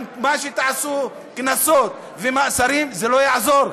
מה שתעשו, קנסות ומאסרים, זה לא יעזור.